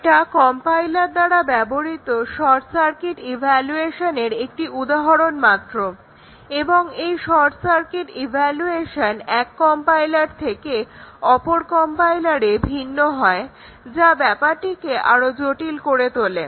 এটা কম্পাইলার দ্বারা ব্যবহৃত শর্ট সার্কিট ইভালুয়েশনের একটি উদাহরণ মাত্র এবং এই শর্ট সার্কিট ইভালুয়েশন এক কম্পাইলার থেকে অপর কম্পাইলারে ভিন্ন হয় যা ব্যাপারটিকে আরও জটিল করে তোলে